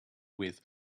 with